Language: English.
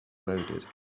loaded